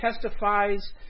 testifies